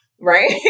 Right